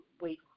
wait